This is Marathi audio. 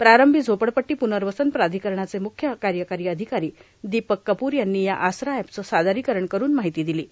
प्रारंभी झोपडपट्टी पूनवसन प्राधिकरणाचे मुख्य कायकारो अधिकारो दोपक कपूर यांनी या आसरा अॅपचे सादरोकरण करून मार्ाहती दिलां